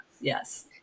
Yes